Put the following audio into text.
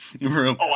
room